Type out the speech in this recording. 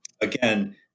again